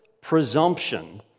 presumption